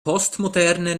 postmoderne